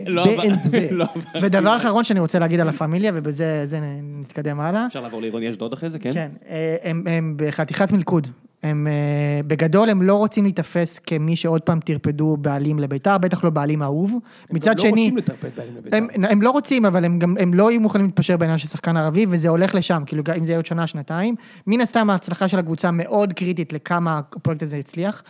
ודבר אחרון שאני רוצה להגיד על לה-פמיליה, ובזה נתקדם הלאה. - אפשר לעבור לעירוני אשדוד אחרי זה, כן? - כן, הם בחתיכת מלכוד. הם בגדול, הם לא רוצים להיתפס כמי שעוד פעם טירפדו בעלים לבית"ר, בטח לא בעלים אהוב. מצד שני... - הם לא רוצים לטפרד - הם לא רוצים, אבל הם גם לא היו מוכנים להתפשר בעניין של שחקן ערבי, וזה הולך לשם, כאילו אם זה היה עוד שנה, שנתיים. מן הסתם ההצלחה של הקבוצה מאוד קריטית לכמה הפרויקט הזה הצליח.